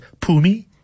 Pumi